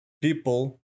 people